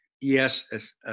Yes